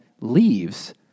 leaves